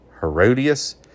Herodias